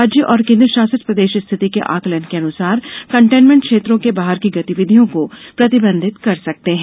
राज्य और केन्द्रशासित प्रदेश स्थिति के आकलन के अनुसार कंटेनमेंट क्षेत्रों के बाहर की गतिविधियों को प्रतिबंधित कर सकते हैं